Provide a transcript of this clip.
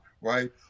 right